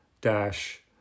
dash